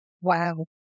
wow